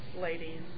ladies